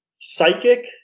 Psychic